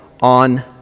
on